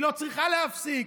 היא לא צריכה להפסיק.